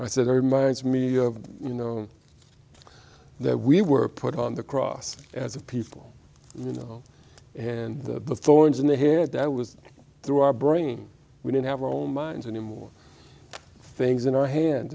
i said it reminds me of you know that we were put on the cross as a people you know and the thorns in the head that was through our brain we didn't have our own minds anymore things in our hands